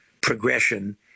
progression